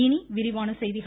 இனி விரிவான செய்திகள்